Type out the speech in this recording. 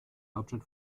hauptstadt